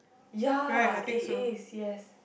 ya it is yes